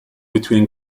between